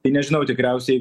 tai nežinau tikriausiai jeigu